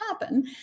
happen